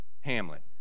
Hamlet